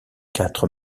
quatre